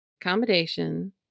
accommodation